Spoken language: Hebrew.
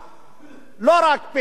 לא רק פעילים יהודים,